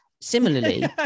similarly